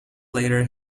later